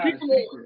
people